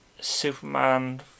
Superman